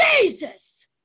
Jesus